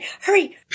Hurry